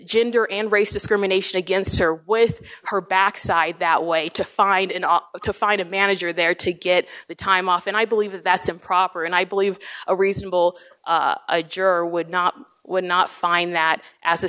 gender and race discrimination against her with her backside that way to find and to find a manager there to get the time off and i believe that that's improper and i believe a reasonable juror would not would not find that as a